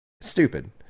stupid